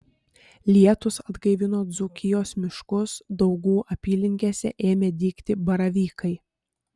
lietūs atgaivino dzūkijos miškus daugų apylinkėse ėmė dygti baravykai